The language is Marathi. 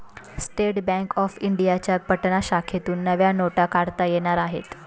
स्टेट बँक ऑफ इंडियाच्या पटना शाखेतून नव्या नोटा काढता येणार आहेत